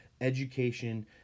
education